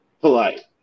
polite